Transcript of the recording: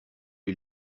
les